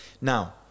Now